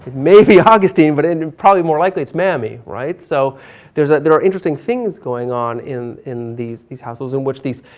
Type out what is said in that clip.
may be augustine, but probably more likely it's mammy, right, so there's a, there are interesting things going on in, in these these households in which these,